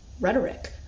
rhetoric